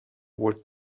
were